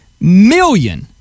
million